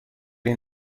این